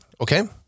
Okay